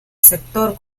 sector